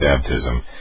baptism